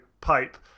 pipe